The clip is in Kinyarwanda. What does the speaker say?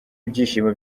ibyishimo